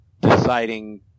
deciding